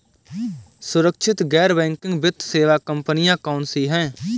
सुरक्षित गैर बैंकिंग वित्त सेवा कंपनियां कौनसी हैं?